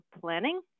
planning